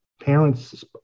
parents